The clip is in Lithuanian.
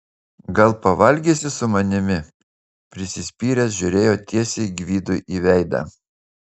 gal pavalgysi su manimi prisispyręs žiūrėjo tiesiai gvidui į veidą